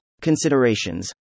Considerations